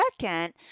Second